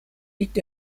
liegt